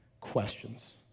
questions